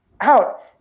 out